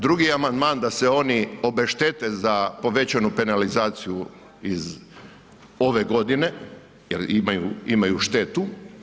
Drugi je amandman da se oni obeštete za povećanu penalizaciju iz ove godine, jer imaju štetu.